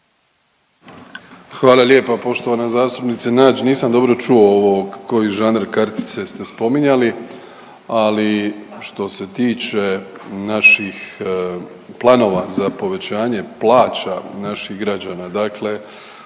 Hvala lijepa poštovana zastupnice Nađ. Nisam dobro čuo ovo koji žanr kartice ste spominjali, ali što se tiče naših planova za povećanje plaća naših građana, dakle